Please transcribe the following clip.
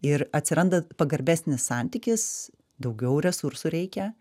ir atsiranda pagarbesnis santykis daugiau resursų reikia